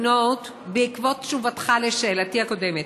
בעקבות תשובתך על שאלתי הקודמת,